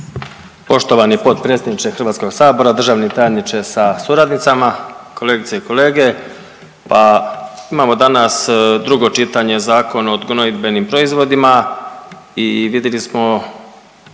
Poštovani potpredsjedniče Hrvatskog sabora, državni tajniče sa suradnicama, kolegice i kolege pa imamo danas drugo čitanje Zakon o gnojidbenim proizvodima i vidjeli smo